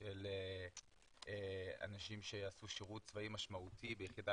של אנשים שעשו שירות צבאי משמעותי ביחידה